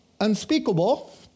unspeakable